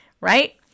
right